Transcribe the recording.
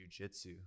jujitsu